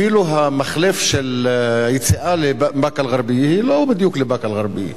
שאפילו המחלף של היציאה לבאקה-אל-ע'רביה הוא לא בדיוק לבאקה-אל-ע'רביה,